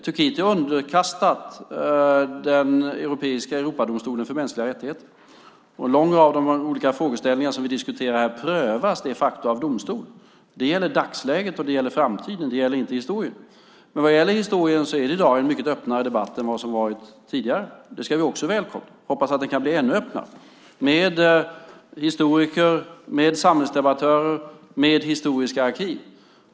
Turkiet är underkastat Europadomstolen för mänskliga rättigheter, och en lång rad av de olika frågeställningar som vi diskuterar här prövas de facto av domstol. Det gäller dagsläget, och det gäller framtiden. Det gäller inte historien. Men vad gäller historien är det i dag en mycket öppnare debatt än vad det varit tidigare, och det ska vi också välkomna - och hoppas att den kan bli ännu öppnare - med historiker, med samhällsdebattörer, med historiska arkiv.